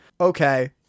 Okay